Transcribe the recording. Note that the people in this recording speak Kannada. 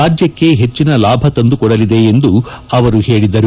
ರಾಜ್ಯಕ್ಷೆ ಹೆಚ್ಚಿನ ಲಾಭ ತಂದು ಕೊಡಲಿದೆ ಎಂದು ಹೇಳಿದರು